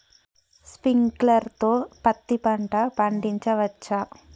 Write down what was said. Sprinkler తో పత్తి పంట పండించవచ్చా?